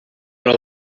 rely